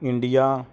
India